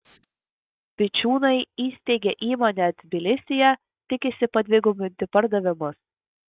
vičiūnai įsteigė įmonę tbilisyje tikisi padvigubinti pardavimus